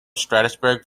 strasbourg